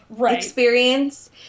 experience